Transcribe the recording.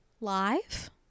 Live